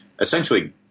essentially